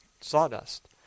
sawdust